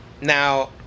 Now